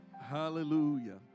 hallelujah